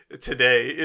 today